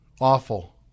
Awful